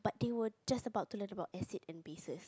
but they were just about to learn about acid and bases